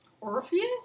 Orpheus